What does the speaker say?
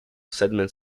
sediment